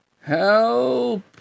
Help